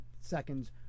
seconds